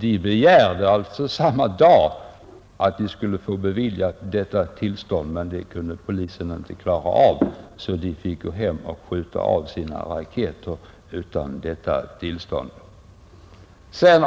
De begärde alltså samma dag detta tillstånd, men det kunde inte polisen klara av, så de fick gå hem och skjuta av sina raketer utan tillstånd.